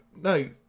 no